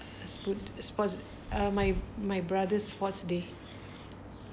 aspoot~ aspazed~ uh my my brother's sport's day